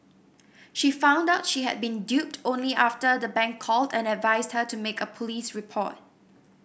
she found out she had been duped only after the bank called and advised her to make a police report